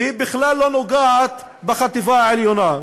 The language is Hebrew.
והיא בכלל לא נוגעת בחטיבה העליונה.